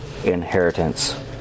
inheritance